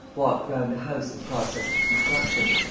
walked round a house in process of construction,